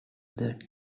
that